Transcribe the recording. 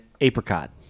Apricot